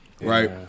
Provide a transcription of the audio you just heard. right